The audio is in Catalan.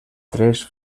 tres